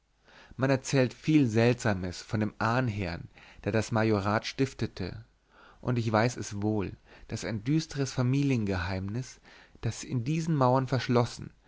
man erzählt viel seltsames von dem ahnherrn der das majorat stiftete und ich weiß es wohl daß ein düsteres familiengeheimnis das in diesen mauern verschlossen